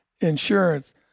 insurance